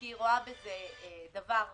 כי היא רואה בזה דבר חשוב,